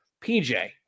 PJ